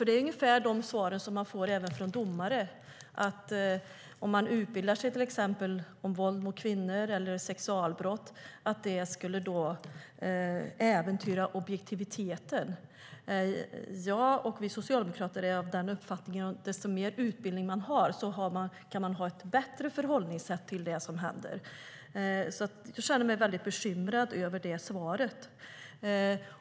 Det är ungefär de svar man får även från domare, att om man utbildar sig om till exempel våld mot kvinnor eller sexualbrott skulle det äventyra objektiviteten. Jag och vi socialdemokrater är av uppfattningen att ju mer utbildning man har, desto bättre förhållningssätt kan man ha till det som händer. Jag känner mig alltså väldigt bekymrad över det svaret.